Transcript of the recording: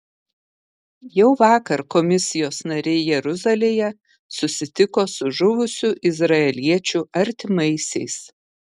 jau vakar komisijos nariai jeruzalėje susitiko su žuvusių izraeliečių artimaisiais